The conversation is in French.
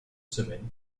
semaines